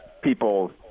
people